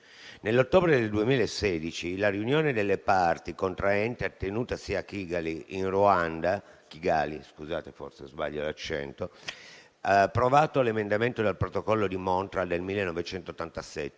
Nell'ottobre del 2016 la riunione delle parti contraenti tenutasi a Kigali in Ruanda ha approvato l'emendamento al Protocollo di Montreal del 1987,